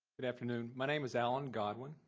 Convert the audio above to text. good afternoon. my name is allen godwin.